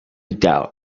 doubt